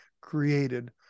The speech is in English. created